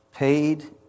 Paid